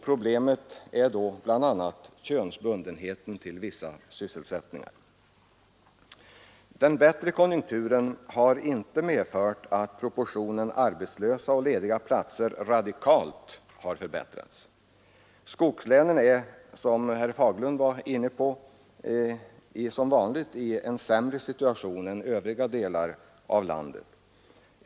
Problemet är då bl.a. könsbundenheten till vissa sysselsättningar. Den bättre konjunkturen har inte medfört att proportionen arbetslösa och lediga platser har radikalt förbättrats. Skogslänen är, som herr Fagerlund var inne på, som vanligt i en sämre situation än övriga delar av landet.